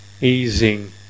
easing